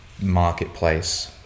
marketplace